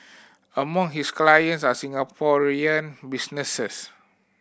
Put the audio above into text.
among his clients are Singaporean businesses